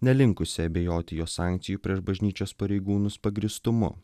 nelinkusi abejoti jos sankcijų prieš bažnyčios pareigūnus pagrįstumu